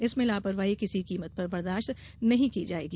इसमें लापरवाही किसी कीमत पर बर्दाश्त नहीं की जाएगी